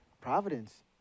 Providence